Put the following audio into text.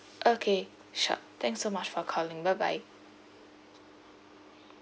okay sure thanks so much for calling bye bye